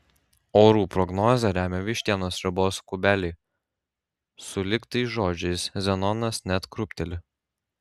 orų prognozę remia vištienos sriubos kubeliai sulig tais žodžiais zenonas net krūpteli